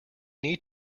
need